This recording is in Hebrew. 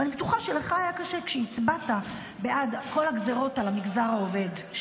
ואני בטוחה שלך היה קשה כשהצבעת בעד כל הגזרות על המגזר העובד,